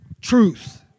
truth